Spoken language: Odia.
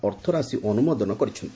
ଅର୍ଥରାଶି ଅନୁମୋଦନ କରିଛି